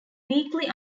weekly